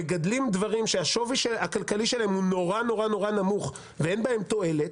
מגדלים דברים שהשווי הכלכלי שלהם הוא נורא נורא נמוך ואין בהם תועלת,